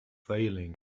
failing